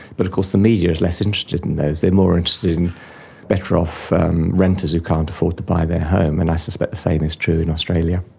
but of course the media is less interested in those, they're more interested in better-off renters who can't afford to buy their home, and i suspect the same is true in australia.